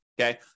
Okay